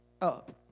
up